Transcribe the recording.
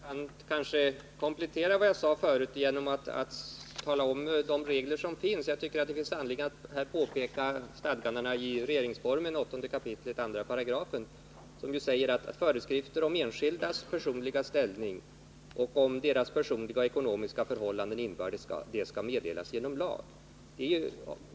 Herr talman! Jag kan kanske komplettera vad jag förut sade genom att tala om vilka regler som finns. Jag tycker att det finns anledning att påpeka stadgandena i regeringsformen 8 kap. 2§, som säger att föreskrifter om enskildas personliga ställning och om deras personliga och ekonomiska förhållanden inbördes skall meddelas genom lag.